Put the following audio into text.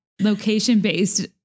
location-based